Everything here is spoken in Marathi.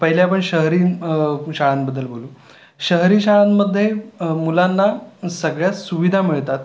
पहिले आपण शहरी शाळांबद्दल बोलू शहरी शाळांमध्ये मुलांना सगळ्या सुविधा मिळतात